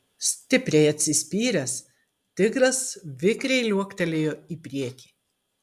stipriai atsispyręs tigras vikriai liuoktelėjo į priekį